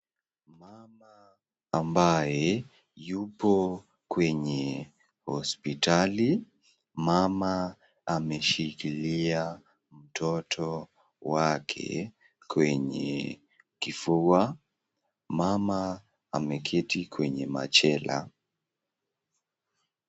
Mama ambaye yupo kwenye hosipitali. Mama ameshikilia mtoto wake kwenye kifua. Mama ameketi kwenye machela.